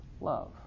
love